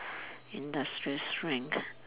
industrial strength